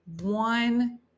one